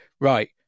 right